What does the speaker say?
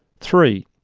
three.